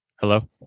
Hello